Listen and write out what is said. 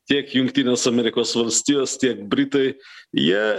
tiek jungtinės amerikos valstijos tiek britai jie